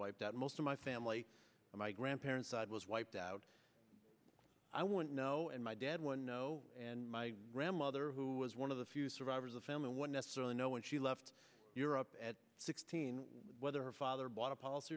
wiped out most of my family or my grandparents side was wiped out i won't know and my dad one no and my grandmother who was one of the few survivors of famine one necessarily know when she left europe at sixteen whether her father bought a policy